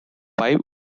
five